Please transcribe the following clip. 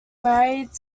married